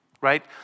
right